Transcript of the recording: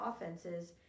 offenses